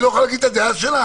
היא לא יכולה להגיד את הדעה שלה?